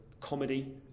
comedy